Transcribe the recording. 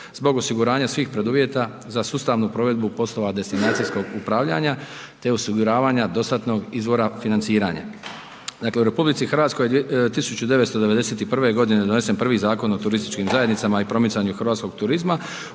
zbog osiguranja svih preduvjeta za sustavnu provedbu poslova destinacijskog upravljanja te osiguravanja dostatnog izvora financiranja. Dakle, u RH 1991. godine je donesen prvi Zakon o turističkim zajednicama i promicanju hrvatskog turizma